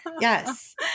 Yes